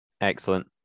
excellent